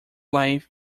life